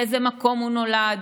באיזה מקום הוא נולד